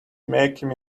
making